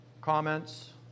comments